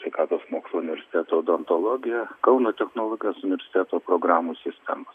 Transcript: sveikatos mokslų universiteto odontologija kauno technologijos universiteto programų sistemos